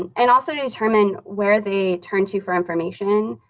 and and also to determine where they turn to for information,